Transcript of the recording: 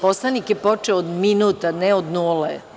Poslanik je počeo od minut, a ne od nule.